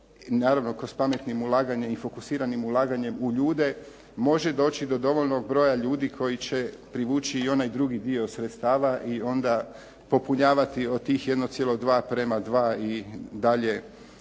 naravno kroz pametnim ulaganje i fokusiranim ulaganjem u ljude može doći do dovoljnog broja ljudi koji će privući i onaj drugi dio sredstava i onda popunjavati od tih 1,2 prema 2 i dalje